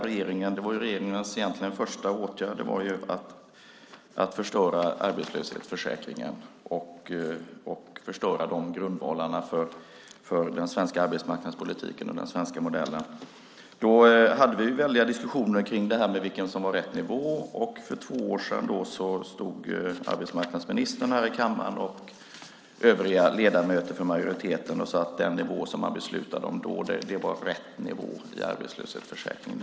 Regeringens första åtgärd var att förstöra arbetslöshetsförsäkringen och grundvalarna för den svenska arbetsmarknadspolitiken och den svenska modellen. Då hade vi diskussioner om vad som var rätt nivå. För två år sedan stod arbetsmarknadsministern och övriga ledamöter i majoriteten här i kammaren och sade att den nivå som man beslutade om då var rätt nivå i arbetslöshetsförsäkringen.